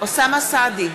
אוסאמה סעדי,